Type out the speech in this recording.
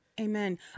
amen